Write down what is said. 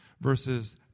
verses